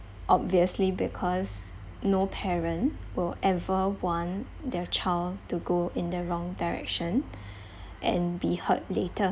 obviously because no parent will ever want their child to go in the wrong direction and be hurt later